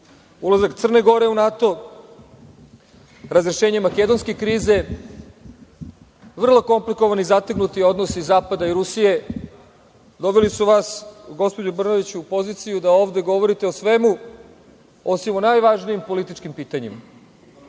Ulazak Crne Gore u NATO, razrešenje makedonske krize, vrlo komplikovani i zategnuti odnosi zapada i Rusije, doveli su vas, gospođo Brnabić, u poziciju da ovde govorite o svemu, osim o najvažnijim političkim pitanjima,